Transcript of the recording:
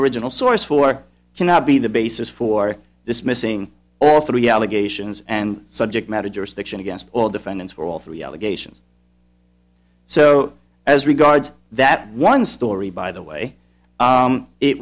original source for cannot be the basis for this missing all three allegations and subject matter jurisdiction against all defendants for all three allegations so as regards that one story by the way